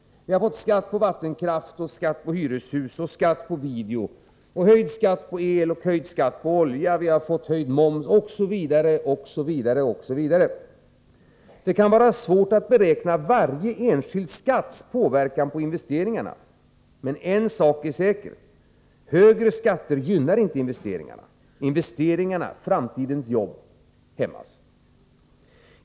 Vi har fått skatt på vattenkraft, skatt på hyreshus, skatt på video, höjd skatt på el, höjd skatt på olja, höjd moms osv., osv., osv. Det kan vara svårt att beräkna varje enskild skatts påverkan på investeringarna. Men en sak är säker: Högre skatter gynnar inte investeringarna. Investeringarna, framtidens jobb, hämmas.